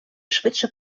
швидше